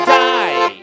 die